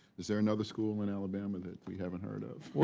is there another school in alabama that we haven't heard of?